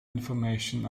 information